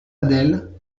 adèle